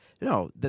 No